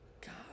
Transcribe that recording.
God